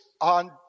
on